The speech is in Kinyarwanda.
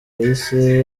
yahise